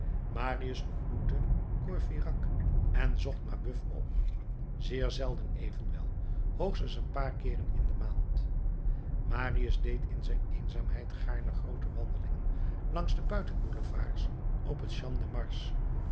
marius ontmoette courfeyrac en zocht mabeuf op zeer zelden evenwel hoogstens een paar keeren in de maand marius deed in zijn eenzaamheid gaarne groote wandelingen langs de buitenboulevards op het champ de mars